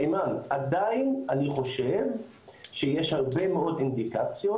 אימאן, עדיין אני חושב שיש הרבה מאוד אינדיקציות